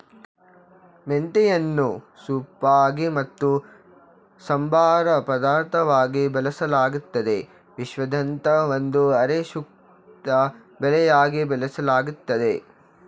ಮೆಂತೆಯನ್ನು ಸೊಪ್ಪಾಗಿ ಮತ್ತು ಸಂಬಾರ ಪದಾರ್ಥವಾಗಿ ಬಳಸಲಾಗ್ತದೆ ವಿಶ್ವಾದ್ಯಂತ ಒಂದು ಅರೆ ಶುಷ್ಕ ಬೆಳೆಯಾಗಿ ಬೆಳೆಸಲಾಗ್ತದೆ